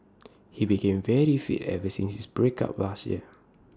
he became very fit ever since his break up last year